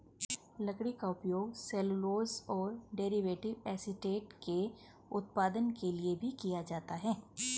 लकड़ी का उपयोग सेल्यूलोज और डेरिवेटिव एसीटेट के उत्पादन के लिए भी किया जाता है